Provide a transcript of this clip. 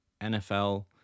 NFL